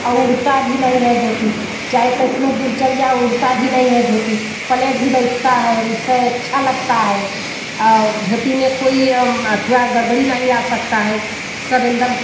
और उड़ता भी नहीं है धोती चाहे केतनो दूर चल जाए उड़ता भी नहीं है धोती पलेट भी बैठता है इससे अच्छा लगता है और धोती में कोई अथवा गड़बड़ी नहीं आ सकता है सब एकदम